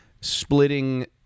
splitting